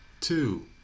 two